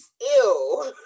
Ew